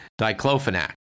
diclofenac